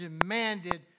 demanded